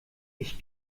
ich